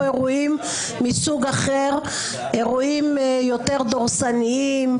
אירועים מסוג אחר אירועים יותר דורסניים,